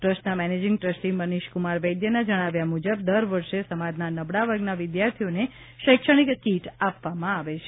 ટ્રસ્ટના managing trustee Manishkumar વૈદ્યના જણાવ્યા મુજબ દર વર્ષે સમાજના નબળા વર્ગના વિદ્યાર્થીઓને શૈક્ષણિક કીટ આપવામાં આવે છે